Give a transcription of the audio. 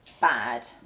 bad